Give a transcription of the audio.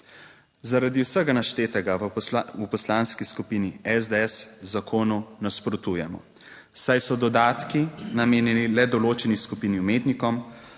Zaradi vsega naštetega v Poslanski skupini SDS zakonu nasprotujemo, saj so dodatki namenjeni le določeni skupini umetnikom,